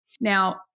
Now